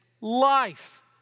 life